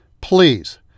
please